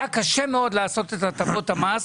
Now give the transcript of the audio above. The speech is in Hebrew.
היה קשה מאוד לעשות את הטבות המס,